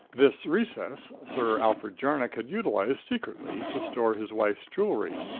this recess sir alfred jarnock had utilized, secretly, to store his wife's jewelry.